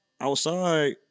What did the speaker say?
outside